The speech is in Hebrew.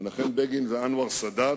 מנחם בגין ואנואר סאדאת,